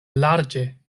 larĝe